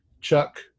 Chuck